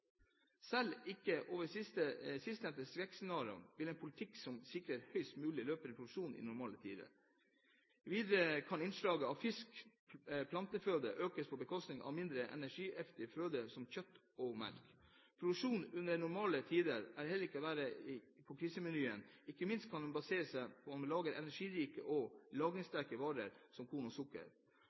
Selv ikke overfor sistnevnte skrekkscenario vil en politikk sikre høyest mulig løpende produksjon i normale tider. Videre kan innslaget av fisk og planteføde økes på bekostning av mindre energieffektiv føde som kjøtt og melk. Produksjonen under normale tider trenger heller ikke å være lik krisemenyen. Ikke minst kan en basere seg på lager av energirike og lagringssterke varer som korn og sukker.